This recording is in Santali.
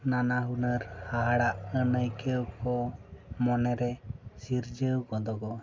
ᱱᱟᱱᱟ ᱦᱩᱱᱟᱹᱨ ᱦᱟᱦᱟᱲᱟ ᱟᱱᱟᱹᱭᱠᱟᱹᱣ ᱠᱚ ᱢᱚᱱᱮ ᱨᱮ ᱥᱤᱨᱡᱟᱹᱣ ᱜᱚᱫᱚᱜᱚᱜᱼᱟ